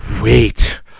Wait